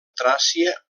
tràcia